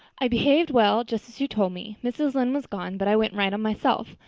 i behaved well, just as you told me. mrs. lynde was gone, but i went right on myself.